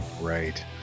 right